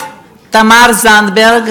תסביר לי,